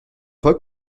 fois